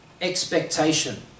expectation